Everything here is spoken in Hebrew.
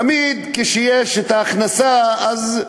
תמיד כשיש הכנסה, אז,